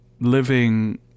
living